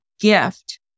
gift